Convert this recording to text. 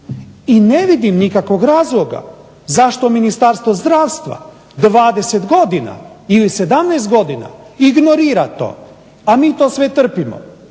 I ne vidim nikakvog razloga zašto Ministarstvo zdravstva 20 godina ili 17 godina ignorira to, a mi to sve to trpimo.